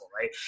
right